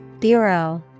Bureau